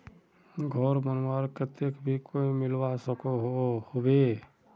घोर बनवार केते भी कोई लोन मिलवा सकोहो होबे?